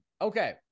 Okay